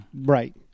Right